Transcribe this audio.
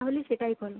তাহলে সেটাই করো